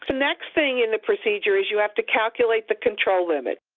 the next thing in the procedure is you have to calculate the control limits.